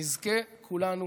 שנזכה כולנו